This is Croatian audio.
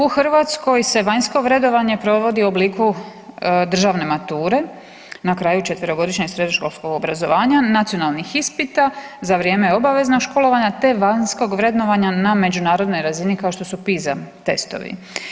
U Hrvatskoj se vanjsko vrednovanje provodi u obliku državne mature na kraju 4-godišnjeg srednjoškolskog obrazovanja, nacionalnih ispita za vrijeme obveznog školovanja, te vanjskog vrednovanja na međunarodnoj razini kao što su PISA testovi.